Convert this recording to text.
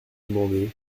demandez